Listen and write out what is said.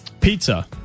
Pizza